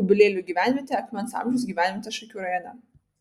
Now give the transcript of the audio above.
kubilėlių gyvenvietė akmens amžiaus gyvenvietė šakių rajone